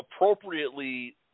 appropriately